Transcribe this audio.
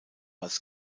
als